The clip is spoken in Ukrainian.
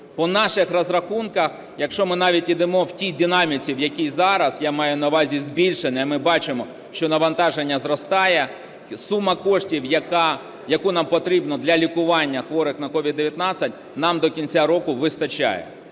По наших розрахунках, якщо ми навіть йдемо в тій динаміці, в якій зараз, я маю на увазі, збільшення, а ми бачимо, що навантаження зростає, суми коштів, яка нам потрібна для лікування хворих на COVID-19, нам до кінця року вистачає.